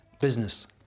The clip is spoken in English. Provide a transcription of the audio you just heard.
Business